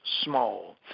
small